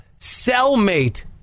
Cellmate